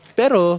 pero